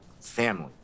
family